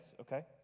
okay